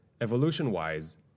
evolution-wise